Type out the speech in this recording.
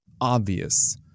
obvious